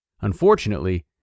Unfortunately